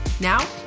Now